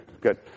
Good